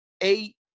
eight